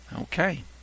Okay